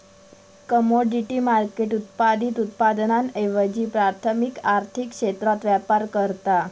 commodity market उत्पादित उत्पादनांऐवजी प्राथमिक आर्थिक क्षेत्रात व्यापार करता